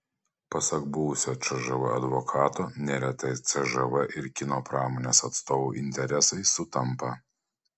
pasak buvusio cžv advokato neretai cžv ir kino pramonės atstovų interesai sutampa